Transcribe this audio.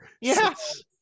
Yes